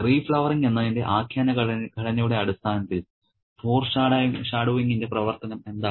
'reflowering' എന്നതിന്റെ ആഖ്യാനഘടനയുടെ അടിസ്ഥാനത്തിൽ ഫോർഷാഡോയിങിന്റെ പ്രവർത്തനം എന്താണ്